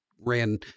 ran